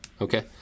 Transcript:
Okay